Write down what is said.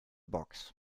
box